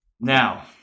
Now